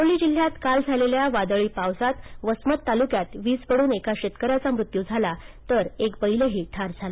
हिंगोली जिल्ह्यात काल झालेल्या वादळी पावसात वसमत तालुक्यांत वीज पडून एका शेतकऱ्याचा मृत्यू झाला तर एक बैलही ठार झाला